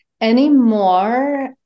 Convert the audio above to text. anymore